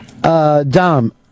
Dom